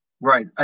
right